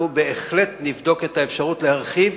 אנחנו בהחלט נבדוק את האפשרות להרחיב,